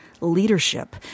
leadership